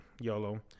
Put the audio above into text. YOLO